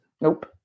nope